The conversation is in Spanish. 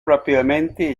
rápidamente